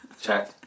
Check